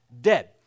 dead